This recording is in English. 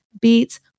beets